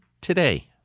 today